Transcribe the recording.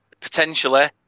potentially